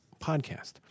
podcast